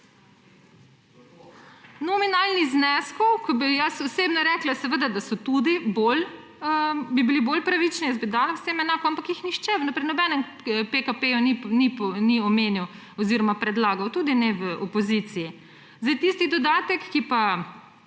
Nominalni zneski, ko bi jaz osebno rekla, seveda, da bi bili bolj pravični, jaz bi dala vsem enako, ampak jih nihče v nobenem PKP ni omenjal oziroma predlagal, tudi ne v opoziciji. Tisti dodatek, ki pa